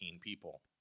people